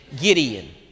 Gideon